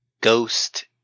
Ghost